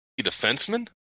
defenseman